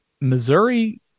Missouri